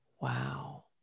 Wow